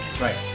Right